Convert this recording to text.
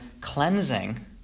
cleansing